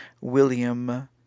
William